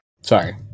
sorry